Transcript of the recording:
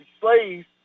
slaves